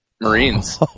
Marines